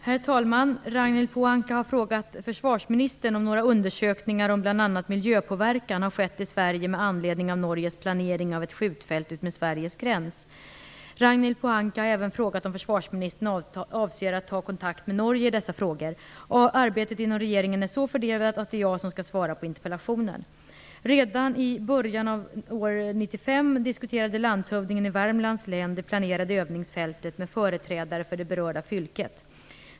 Herr talman! Ragnhild Pohanka har frågat försvarsministern om några undersökningar om bl.a. miljöpåverkan har skett i Sverige med anledning av Norges planering av ett skjutfält utmed Sveriges gräns. Ragnhild Pohanka har även frågat om försvarsministern avser att ta kontakt med Norge i dessa frågor. Arbetet inom regeringen är så fördelat att det är jag som skall svara på interpellationen. Redan i början av år 1995 diskuterade landshövdingen i Värmlands län det planerade övningsfältet med företrädare för det berörda fylket.